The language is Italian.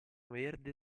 verde